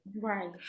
Right